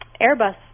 Airbus